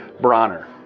Bronner